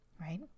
right